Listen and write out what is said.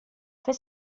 fer